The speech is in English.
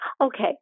Okay